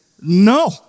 no